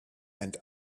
and